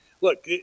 Look